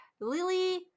Lily